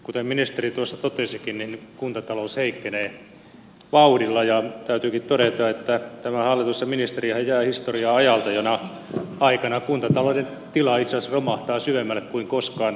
kuten ministeri tuossa totesikin kuntatalous heikkenee vauhdilla ja täytyykin todeta että tämä hallitus ja ministerihän jäävät historiaan ajalta jona aikana kuntatalouden tila itse asiassa romahtaa syvemmälle kuin koskaan aiemmin